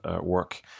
work